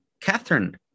Catherine